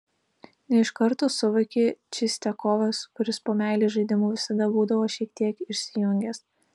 ne iš karto suvokė čistiakovas kuris po meilės žaidimų visada būdavo šiek tiek išsijungęs